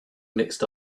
mixed